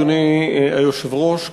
אדוני היושב-ראש,